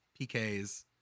PKs